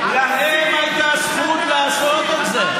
להם הייתה זכות לעשות את זה,